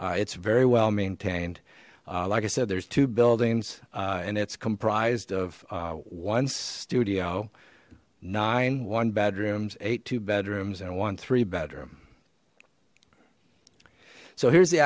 it's very well maintained like i said there's two buildings and it's comprised of one studio nine one bedrooms eight two bedrooms and one three bedroom so here's the